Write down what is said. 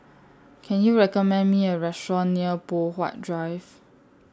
Can YOU recommend Me A Restaurant near Poh Huat Drive